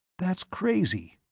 that's crazy.